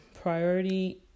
priority